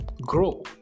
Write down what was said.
grow